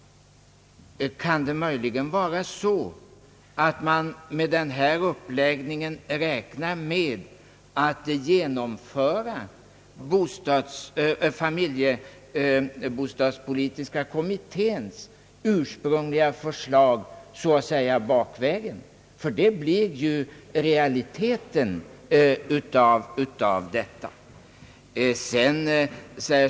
Kan det möjligen vara så att man räknar med att med den uppläggningen kunna genomföra familjebostadspolitiska kommitténs ursprungliga förslag så att säga bakvägen? Ty det blir ju resultatet av detta.